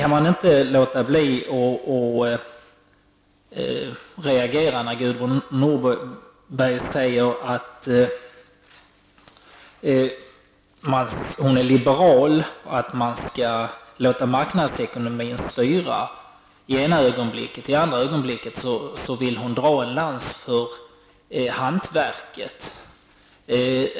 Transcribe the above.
Man kan inte låta bli att reagera när Gudrun Norberg i ena ögonblicket säger att hon är liberal och att marknadsekonomin skall styra i det andra ögonblicket vill dra en lans för hantverket.